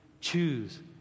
Choose